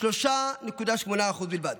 3.8% בלבד,